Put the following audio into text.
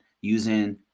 using